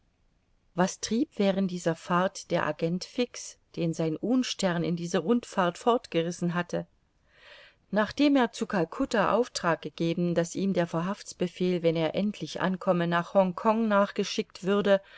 was trieb während dieser fahrt der agent fix den sein unstern in diese rundfahrt fortgerissen hatte nachdem er zu calcutta auftrag gegeben daß ihm der verhaftsbefehl wenn er endlich ankomme nach hongkong nachgeschickt würde